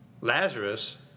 Lazarus